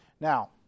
Now